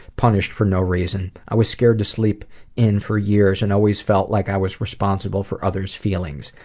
punished for no reason. i was scared to sleep in for years, and always felt like i was responsible for others' feelings.